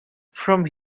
from